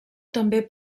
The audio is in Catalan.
també